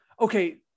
Okay